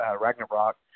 ragnarok